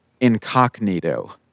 Incognito